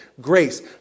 Grace